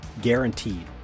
guaranteed